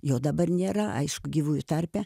jau dabar nėra aišku gyvųjų tarpe